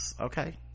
okay